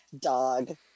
dog